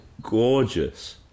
gorgeous